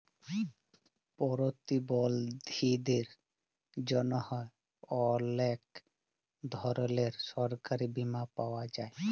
পরতিবলধীদের জ্যনহে অলেক ধরলের সরকারি বীমা পাওয়া যায়